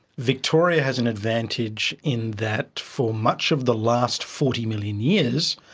victoria has an advantage in that for much of the last forty million years,